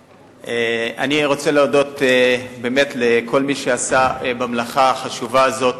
אני רוצה להודות לכל מי שעשה במלאכה החשובה הזאת.